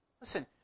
Listen